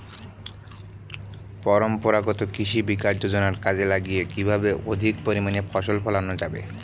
পরম্পরাগত কৃষি বিকাশ যোজনা কাজে লাগিয়ে কিভাবে অধিক পরিমাণে ফসল ফলানো যাবে?